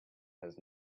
has